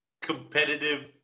competitive